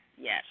yes